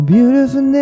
Beautiful